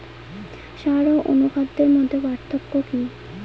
সার ও অনুখাদ্যের মধ্যে পার্থক্য কি?